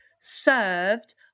served